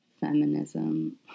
Feminism